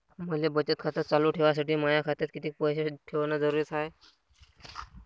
मले बचत खातं चालू ठेवासाठी माया खात्यात कितीक पैसे ठेवण जरुरीच हाय?